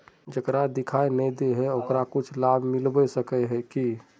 जेकरा दिखाय नय दे है ओकरा कुछ लाभ मिलबे सके है की?